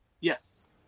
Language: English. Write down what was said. Yes